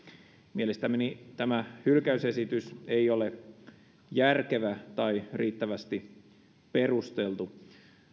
mielestäni tämä hylkäysesitys ei ole järkevä tai riittävästi perusteltu